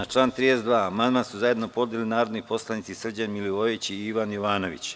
Na član 32. amandman su zajedno podneli narodni poslanici Srđan Milivojević i Ivan Jovanović.